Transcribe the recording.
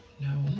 No